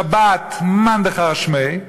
שבת, מאן דכר שמיה.